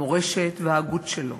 המורשת וההגות שלו